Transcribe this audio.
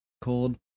Cold